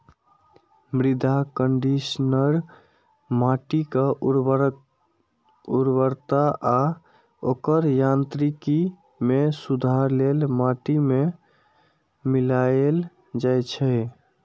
मृदा कंडीशनर माटिक उर्वरता आ ओकर यांत्रिकी मे सुधार लेल माटि मे मिलाएल जाइ छै